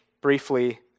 briefly